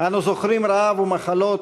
אנו זוכרים רעב ומחלות,